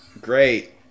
Great